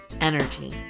energy